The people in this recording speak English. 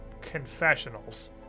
confessionals